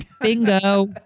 Bingo